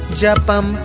Japam